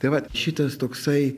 tai va šitas toksai